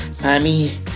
mommy